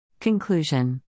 Conclusion